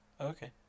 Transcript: Okay